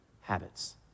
habits